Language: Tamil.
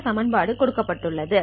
இதன் சமன்பாடு கொடுக்கப்பட்டு உள்ளது